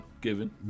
given